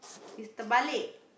is the balik